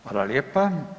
Hvala lijepa.